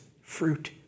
fruit